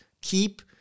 keep